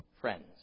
friends